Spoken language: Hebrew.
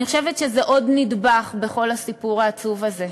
אני חושבת שזה עוד נדבך בכל הסיפור העצוב הזה,